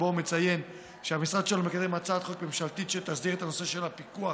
הוא מציין שהמשרד שלו מקדם הצעת חוק ממשלתית שתסדיר את הנושא של הפיקוח